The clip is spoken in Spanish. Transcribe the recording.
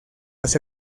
las